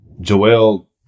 Joel